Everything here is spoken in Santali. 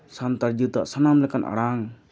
ᱥᱟᱱᱛᱟᱲ ᱡᱟᱹᱛᱟᱜ ᱥᱟᱱᱟᱢ ᱞᱮᱠᱟᱱ ᱟᱲᱟᱝ